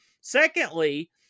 Secondly